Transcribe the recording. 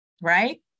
right